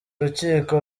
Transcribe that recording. rukiko